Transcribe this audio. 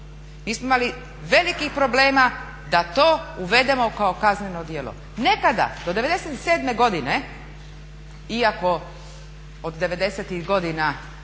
Mi smo imali velikih problema da to uvedemo kao kazneno djelo. Nekada do '97. godine iako od